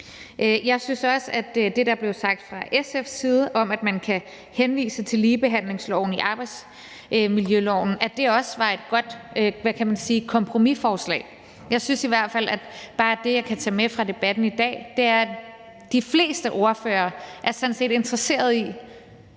Jeg synes også, at det, der blev sagt fra SF's side om, at man kan henvise til ligebehandlingsloven i arbejdsmiljøloven, også var – hvad kan man sige – et godt kompromisforslag. Jeg synes i hvert fald bare, at det, jeg kan tage med fra debatten i dag, er, at de fleste ordførere sådan set er interesseret i,